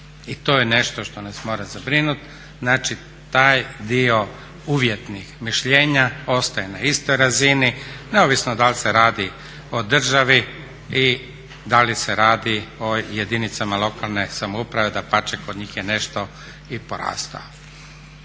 i to je nešto što nas mora zabrinut, znači taj dio uvjetnih mišljenja ostaje na istoj razini, neovisno da l' se radi o državi i da li se radi o jedinicama lokalne samouprave, dapače kod njih je nešto i porastao.